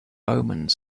omens